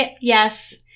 yes